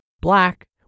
black